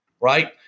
right